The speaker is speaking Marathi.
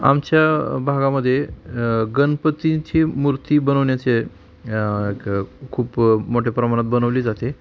आमच्या भागामध्ये गणपतींची मूर्ती बनवण्याचे क् खूप मोठ्या प्रमाणात बनवली जाते आहे